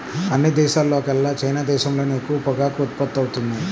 అన్ని దేశాల్లోకెల్లా చైనా దేశంలోనే ఎక్కువ పొగాకు ఉత్పత్తవుతుంది